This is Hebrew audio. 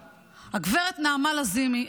גב' נעמה לזימי.